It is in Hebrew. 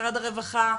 משרד הרווחה,